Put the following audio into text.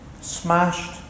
Smashed